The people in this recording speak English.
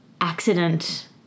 accident